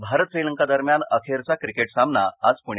भारत श्रीलंका दरम्यान अखेरचा क्रिकेट सामना आज पण्यात